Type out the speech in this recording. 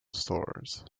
stores